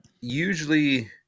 usually